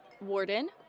Warden